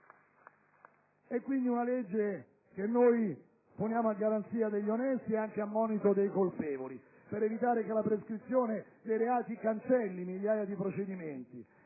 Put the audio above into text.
Quindi, è una legge che poniamo a garanzia degli onesti ed a monito dei colpevoli, per evitare che la prescrizione dei reati cancelli migliaia di procedimenti.